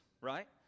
right